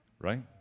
right